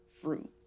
fruit